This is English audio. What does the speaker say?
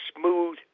smooth